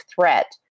threat